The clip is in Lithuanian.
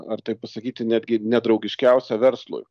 ar taip pasakyti netgi nedraugiškiausia verslui